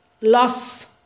loss